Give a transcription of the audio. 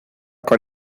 con